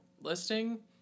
listing